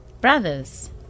Brothers